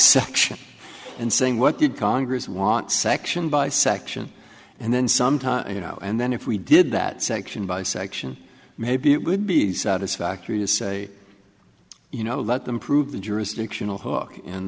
section and saying what did congress want section by section and then some time you know and then if we did that section by section maybe it would be satisfactory to say you know let them prove the jurisdictional hook